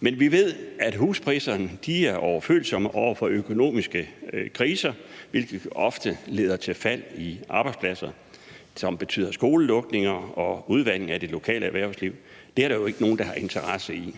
Men vi ved, at huspriserne er overfølsomme over for økonomiske kriser, hvilket ofte leder til fald i antallet af arbejdspladser, hvilket betyder skolelukninger og udvanding af det lokale erhvervsliv; det er der jo ikke nogen, der har interesse i.